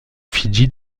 fidji